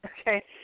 Okay